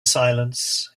silence